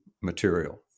material